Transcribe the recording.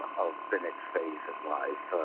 of the next phase in life.